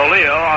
Leo